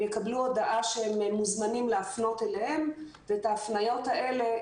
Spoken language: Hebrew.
מה האחוז שהגענו אליו מצוותי